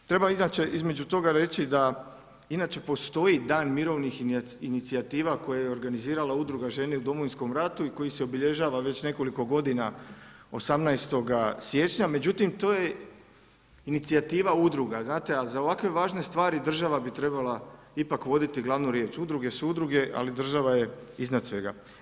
Treba inače između toga reći da inače postoji dan mirovnih inicijativa koje je organizirala udruga žene u Domovinskom ratu i koji se obilježava već nekoliko godina 18. siječnja, međutim to je inicijativa udruga, a za ovako važne stvari država bi trebala ipak voditi glavnu riječ, udruge su udruge, ali država je iznad svega.